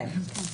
כן.